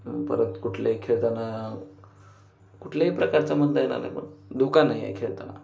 परत कुठलेही खेळताना कुठल्याही प्रकारचा म्हणता येणार नाही पण धोका नाही आहे खेळताना